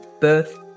birth